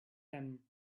them